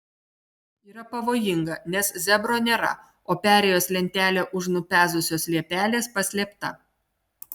yra pavojinga nes zebro nėra o perėjos lentelė už nupezusios liepelės paslėpta